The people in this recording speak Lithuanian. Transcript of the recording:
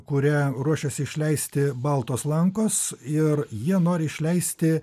kurią ruošiasi išleisti baltos lankos ir jie nori išleisti